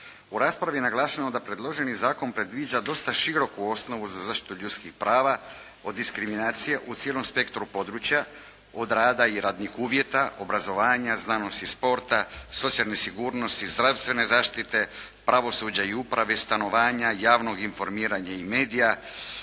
U raspravi je naglašeno da predloženi zakon predviđa dosta široku osnovu za zaštitu ljudskih prava od diskriminacije u cijelom spektru područja, od rada i radnih uvjete, obrazovanja, znanosti, sporta, socijalne sigurnost, zdravstvene zaštite, pravosuđa i uprave, stanovanja, javnog informiranja i medija